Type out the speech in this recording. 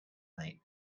night